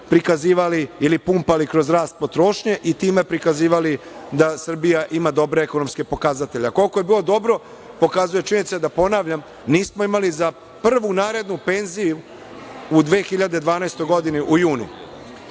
prikazivali ili pumpali kroz rast potrošnje i time prikazivali da Srbija ima dobre ekonomske pokazatelje. A koliko je bilo dobro pokazuje činjenica da, ponavljam, nismo imali za prvu narednu penziju u 2012. godini, u